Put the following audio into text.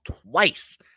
twice